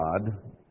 God